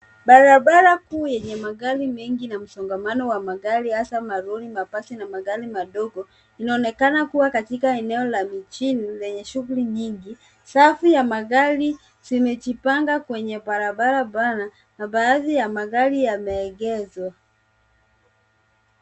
Barabara kuu yenye magari mengi na msongamano wa magari hasa malori, mabasi na magari madogo .Inaonekana kuwa eneo la mjini lenye shughuli nyingi. Safu ya magari zimejipanga kwenye barabara pana na baadhi ya magari yameegeshwa.